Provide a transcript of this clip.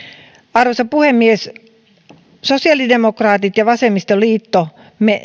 arvoisa puhemies me sosiaalidemokraatit ja vasemmistoliitto